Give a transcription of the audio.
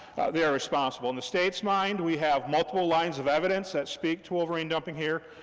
they're responsible. in the state's mind, we have multiple lines of evidence that speak to wolverine dumping here.